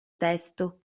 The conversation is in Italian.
testo